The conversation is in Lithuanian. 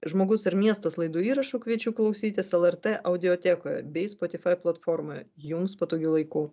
žmogus ir miestas laidų įrašų kviečiu klausytis lrt audiotekoje bei spotify platformoje jums patogiu laiku